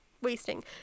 wasting